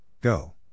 Go